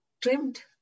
trimmed